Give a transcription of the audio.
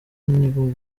nibwo